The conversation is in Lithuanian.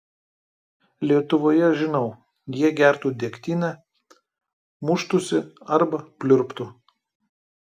lietuvoje žinau jie gertų degtinę muštųsi arba pliurptų